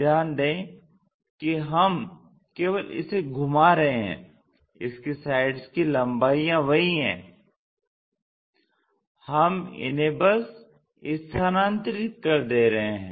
ध्यान दे कि हम केवल इसे घुमा रहे हैं इसकी साइड्स की लंबाइयाँ वही हैं हम इन्हे बस स्थानांतरित कर दे रहे हैं